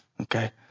Okay